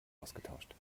ausgetauscht